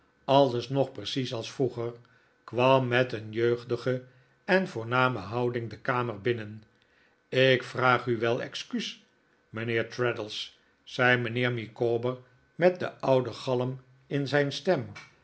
alles nog precies als vroeger kwam met een jeugdige en voorname houding de kamer binnen ik vraag u wel excuus mijnheer traddles zei mijnheer micawber met den ouden galm in zijn stem